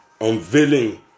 Unveiling